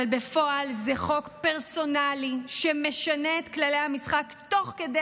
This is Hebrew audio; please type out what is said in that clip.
אבל בפועל זה חוק פרסונלי שמשנה את חוקי המשחק תוך כדי